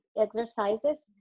exercises